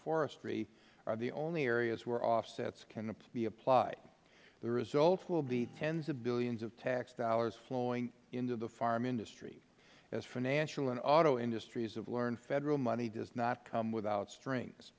forestry are the only areas where offsets can be applied the result will be tens of billions of tax dollars flowing into the farm industry as financial and auto industries have learned federal money does not come without strings